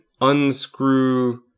unscrew